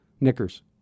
knickers